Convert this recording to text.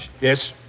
Yes